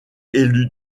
élu